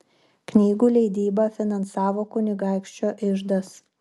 knygų leidybą finansavo kunigaikščio iždas